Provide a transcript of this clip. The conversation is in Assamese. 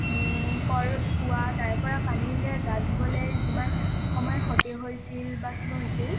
কল কুঁৱা তাৰপৰাই পানী ওলিয়াই গা ধোবলৈ যিমান সময় ক্ষতি হৈছিল বা কিবা হৈছিল